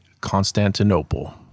Constantinople